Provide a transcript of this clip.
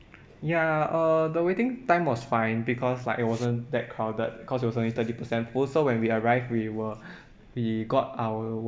ya err the waiting time was fine because like it wasn't that crowded cause it was only thirty percent full so when we arrived we were we got our